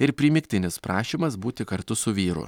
ir primygtinis prašymas būti kartu su vyru